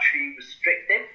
restrictive